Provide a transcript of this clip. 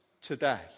today